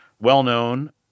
well-known